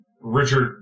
Richard